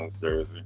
jersey